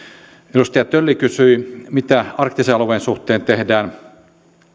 edustaja tölli kysyi mitä arktisen alueen suhteen tehdään